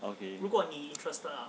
okay